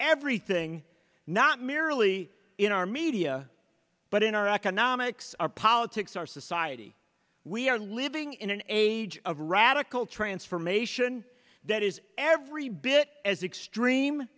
everything not merely in our media but in our economics our politics our society we are living in an age of radical transformation that is every bit as extreme